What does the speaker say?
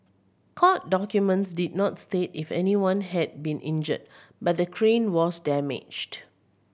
court documents did not state if anyone had been injured but the crane was damaged